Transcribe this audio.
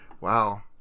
wow